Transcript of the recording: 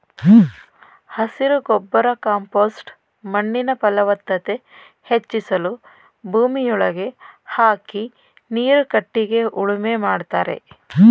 ಹಸಿರು ಗೊಬ್ಬರ ಕಾಂಪೋಸ್ಟ್ ಮಣ್ಣಿನ ಫಲವತ್ತತೆ ಹೆಚ್ಚಿಸಲು ಭೂಮಿಯೊಳಗೆ ಹಾಕಿ ನೀರು ಕಟ್ಟಿಗೆ ಉಳುಮೆ ಮಾಡ್ತರೆ